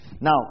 Now